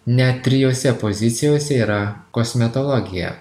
net trijose pozicijose yra kosmetologija